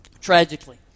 tragically